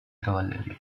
cavalleria